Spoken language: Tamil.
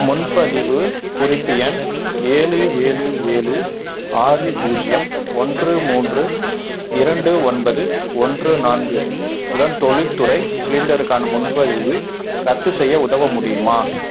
முன்பதிவு குறிப்பு எண் ஏழு ஏழு ஏழு ஆறு பூஜ்ஜியம் ஒன்று மூன்று இரண்டு ஒன்பது ஒன்று நான்கு உடன் தொழில்துறை சிலிண்டருக்கான முன்பதிவை ரத்து செய்ய உதவ முடியுமா